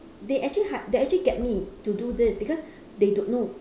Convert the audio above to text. they actually ha~ they actually get me to do this because they don't know